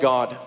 God